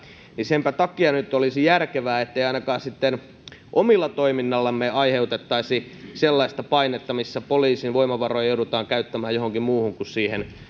senpä takia nyt olisi järkevää ettei ainakaan omalla toiminnallamme aiheutettaisi sellaista painetta missä poliisin voimavaroja joudutaan käyttämään johonkin muuhun kuin siihen